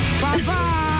Bye-bye